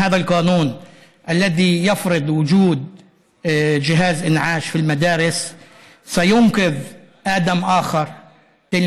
כדי שיהיה בנמצא חוק גמור שיציל ילדים אחרים.